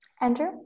Andrew